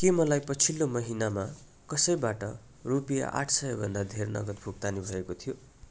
के मलाई पछिल्लो महिनामा कसैबाट रुपियाँ आठ सयभन्दा धेर नगद भुक्तानी भएको थियो